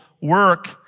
work